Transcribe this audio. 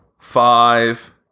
five